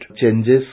changes